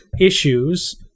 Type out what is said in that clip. issues